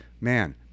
man